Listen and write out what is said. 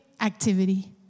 activity